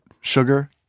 sugar